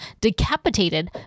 decapitated